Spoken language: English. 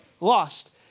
lost